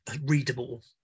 readable